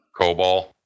COBOL